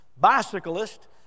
bicyclist